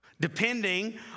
depending